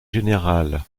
général